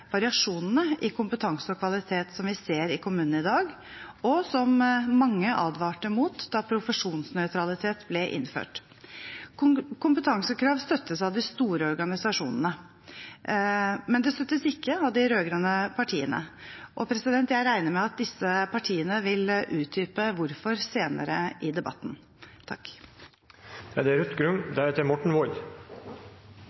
variasjonene i kompetanse og kvalitet som vi ser i kommunene i dag, og som mange advarte mot da profesjonsnøytralitet ble innført. Kompetansekrav støttes av de store organisasjonene, men det støttes ikke av de rød-grønne partiene, og jeg regner med at disse partiene vil utdype hvorfor senere i debatten.